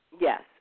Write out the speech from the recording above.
Yes